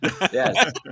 Yes